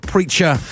Preacher